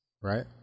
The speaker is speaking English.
right